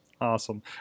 Awesome